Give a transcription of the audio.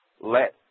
let